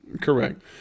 Correct